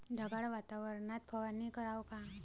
ढगाळ वातावरनात फवारनी कराव का?